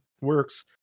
works